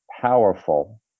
powerful